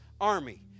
army